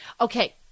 Okay